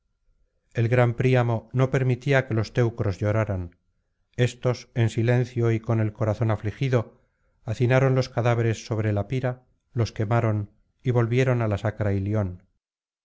el gran príamo no permitía que los teucros lloraran éstos en silencio y con el corazón afligido hacinaron los cadáveres sobre la pira los quemaron y volvieron á la sacra ilion